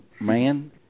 man